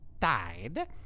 died